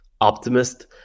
optimist